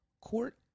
Court